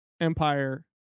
Empire